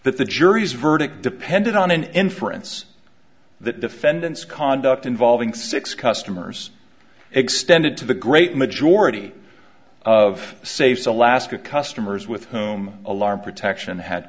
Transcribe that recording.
that the jury's verdict depended on an inference that defendant's conduct involving six customers extended to the great majority of safes alaska customers with whom alarm protection had